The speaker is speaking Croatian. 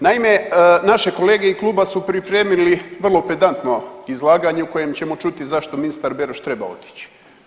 Naime, naše kolege iz kluba su pripremili vrlo pedantno izlaganje u kojem ćemo čuti zašto ministar Beroš treba otići.